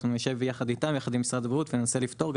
אנחנו נשב יחד איתם ועם משרד הבריאות וננסה לפתור את זה.